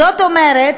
זאת אומרת,